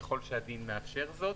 ככל שהדין מאפשר זאת.